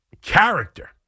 character